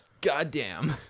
Goddamn